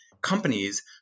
companies